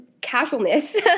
casualness